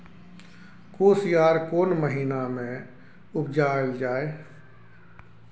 कोसयार कोन महिना मे उपजायल जाय?